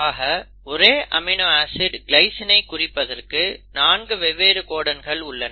ஆக ஒரே amino acid கிளைஸினை குறிப்பதற்கு நான்கு வெவ்வேறு கோடன்கள் உள்ளன